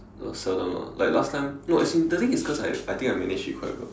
seldom lah like last time no as in the thing is cause I I think I managed it quite well